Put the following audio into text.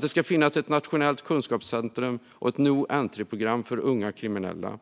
Det ska finnas ett nationellt kunskapscentrum och ett no-entry-program för unga kriminella.